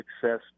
success